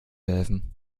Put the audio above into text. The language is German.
helfen